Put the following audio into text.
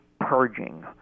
purging